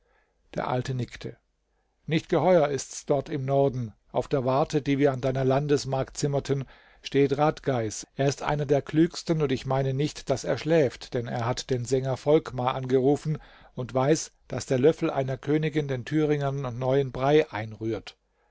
der alte nickte nicht geheuer ist's dort im norden auf der warte die wir an deiner landesmark zimmerten steht radgais er ist einer der klügsten und ich meine nicht daß er schläft denn er hat den sänger volkmar angerufen und weiß daß der löffel einer königin den thüringen neuen brei einrührt